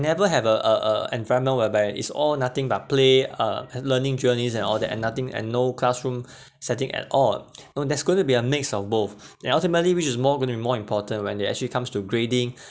never have uh a a environment whereby is all nothing but play uh and learning journeys and all that and nothing and no classroom setting at all know that's going to be a mix of both and ultimately which is more going to be more important when they actually comes to grading